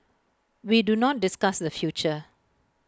we do not discuss the future